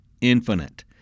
infinite